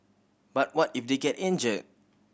but what if they get injured